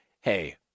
Hey